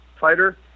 fighter